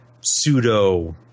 pseudo